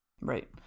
Right